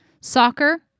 soccer